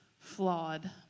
flawed